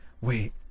Wait